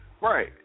right